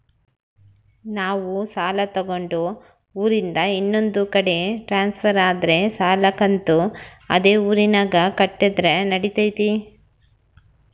ನಾವು ಸಾಲ ತಗೊಂಡು ಊರಿಂದ ಇನ್ನೊಂದು ಕಡೆ ಟ್ರಾನ್ಸ್ಫರ್ ಆದರೆ ಸಾಲ ಕಂತು ಅದೇ ಊರಿನಾಗ ಕಟ್ಟಿದ್ರ ನಡಿತೈತಿ?